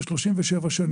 זה 37 שנים.